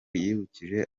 yibukije